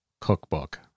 cookbook